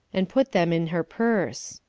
and put them in her purse.